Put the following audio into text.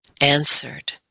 answered